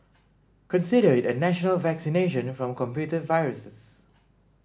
consider it a national vaccination from computer viruses